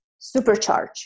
supercharge